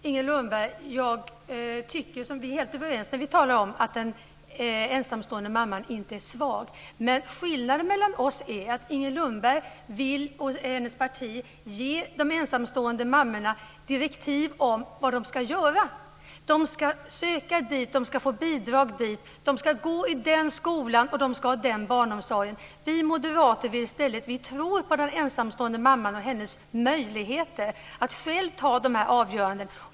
Herr talman! Vi är helt överens, Inger Lundberg, om att den ensamstående mamman inte är svag. Men skillnaden mellan oss är att Inger Lundberg och hennes parti vill ge de ensamstående mammorna direktiv om vad de ska göra. De ska söka hit, de ska få bidrag dit, de ska gå i den skolan och de ska ha den barnomsorgen. Vi moderater tror i stället på den ensamstående mamman och hennes möjligheter att själv fatta dessa avgöranden.